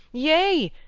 yea,